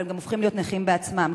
אבל גם הופכים להיות נכים בעצמם,